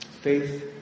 Faith